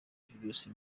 virusi